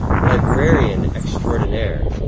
librarian extraordinaire,